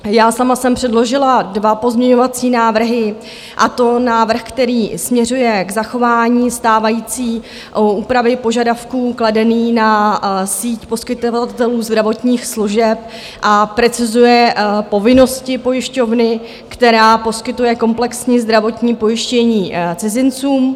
Já sama jsem předložila dva pozměňovací návrhy, a to návrh, který směřuje k zachování stávající úpravy požadavků kladených na síť poskytovatelů zdravotních služeb a precizuje povinnosti pojišťovny, která poskytuje komplexní zdravotní pojištění cizincům.